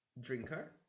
drinker